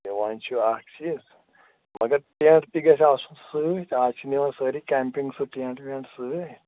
وۅنۍ چھُ اَکھ چیٖز مگر ٹیٚنٛٹ تہِ گَژھِ آسُن سۭتۍ اَز چھِ نِوان سٲری کیٚمپِنٛگ سُہ ٹیٚنٛٹ وٮ۪نٛٹ سۭتۍ